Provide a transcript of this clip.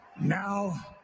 now